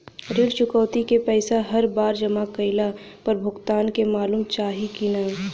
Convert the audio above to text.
ऋण चुकौती के पैसा हर बार जमा कईला पर भुगतान के मालूम चाही की ना?